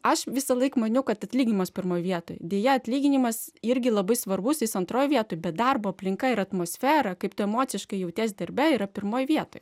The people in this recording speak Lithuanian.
aš visąlaik maniau kad atlyginimas pirmoj vietoj deja atlyginimas irgi labai svarbus jis antroj vietoj bet darbo aplinka ir atmosfera kaip tu emociškai jauties darbe yra pirmoj vietoj